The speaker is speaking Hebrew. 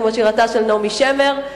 כמו שירתה של נעמי שמר,